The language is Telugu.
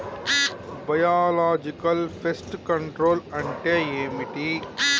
బయోలాజికల్ ఫెస్ట్ కంట్రోల్ అంటే ఏమిటి?